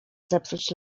zepsuć